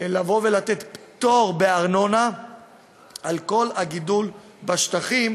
לבוא ולתת פטור מארנונה על כל הגידול בשטחים,